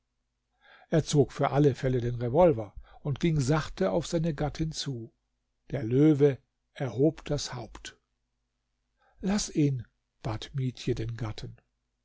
er zog für alle fälle den revolver und ging sachte auf seine gattin zu der löwe erhob das haupt laß ihn bat mietje den gatten